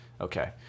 Okay